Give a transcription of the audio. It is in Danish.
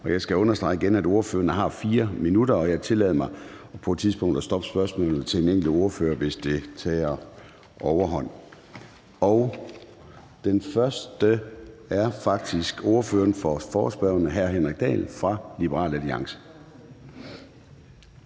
Jeg skal understrege igen, at ordførerne har 4 minutter, og jeg tillader mig på et tidspunkt at stoppe spørgsmålet til den enkelte ordfører, hvis det tager overhånd. Den første er ordføreren for forespørgerne, hr. Henrik Dahl fra Liberal Alliance.